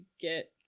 get